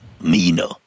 Mina